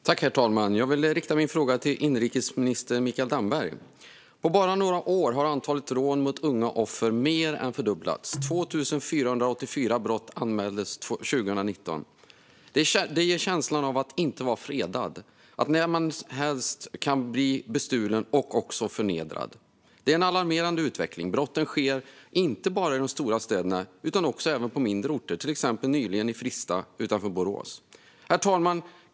Herr talman! Jag vill rikta min fråga till inrikesminister Mikael Damberg. På bara några år har antalet rån mot unga offer mer än fördubblats. 2 484 brott anmäldes 2019. Det ger känslan av att inte vara fredad och av att man när som helst kan bli bestulen och också förnedrad. Det är en alarmerande utveckling. Brotten sker inte bara i de stora städerna utan även på mindre orter, till exempel nyligen i Fristad utanför Borås. Herr talman!